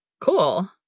cool